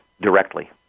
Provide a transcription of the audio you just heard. directly